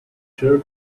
sure